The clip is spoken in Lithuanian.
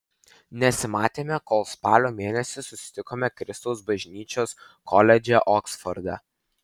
nesimatėme kol spalio mėnesį susitikome kristaus bažnyčios koledže oksforde